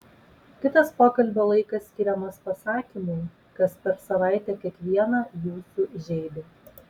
kitas pokalbio laikas skiriamas pasakymui kas per savaitę kiekvieną jūsų žeidė